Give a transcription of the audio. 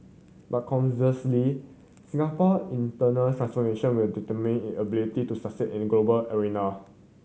but conversely Singapore internal transformation will determine it ability to succeed in the global arena